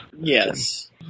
Yes